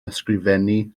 ysgrifennu